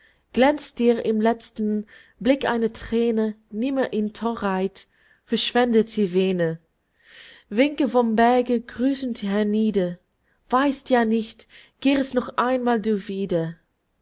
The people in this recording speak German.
glänzt dir im letzten blick eine thräne nimmer in thorheit verschwendet sie wähne winke vom berge grüßend hernieder weißt ja nicht kehrest noch einmal du wieder